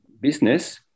business